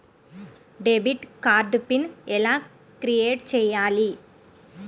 Debit card PIN ఎలా create చెయ్యాలి?